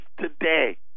today